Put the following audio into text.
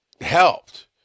helped